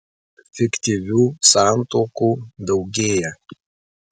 fiktyvių santuokų daugėja